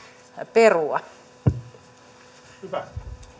perua